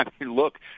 look